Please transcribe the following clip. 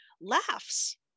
laughs